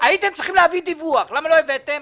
הייתם צריכים להביא דיווח, למה לא הבאתם?